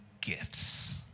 gifts